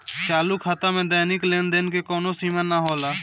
चालू खाता में दैनिक लेनदेन के कवनो सीमा ना होला